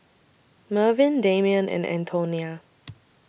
Mervyn Damion and Antonia